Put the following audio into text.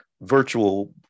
virtual